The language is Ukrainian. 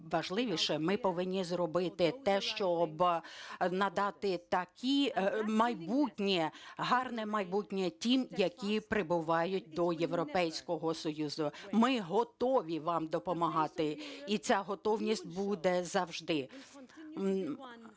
важливіше – ми повинні зробити те, щоб надати майбутнє, гарне майбутнє тим, які прибувають до Європейського Союзу, ми готові вам допомагати і ця готовність буде завжди.